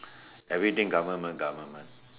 everything government government